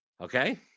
Okay